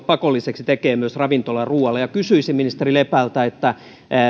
pakolliseksi tekee sen myös ravintolaruualle kysyisin ministeri lepältä että